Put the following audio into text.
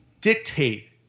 dictate